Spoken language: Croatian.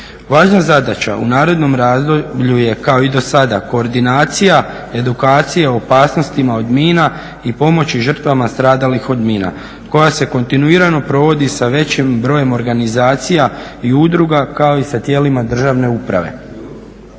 Važna zadaća u narednom razdoblju je kao i do sada koordinacija edukacije o opasnostima od mina i pomoći žrtvama stradalih od mina, koja se kontinuirano provodi sa većim brojem organizacija i udruga, kao i sa tijelima državne uprave.